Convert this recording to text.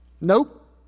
Nope